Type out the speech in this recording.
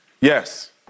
Yes